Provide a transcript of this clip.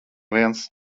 viens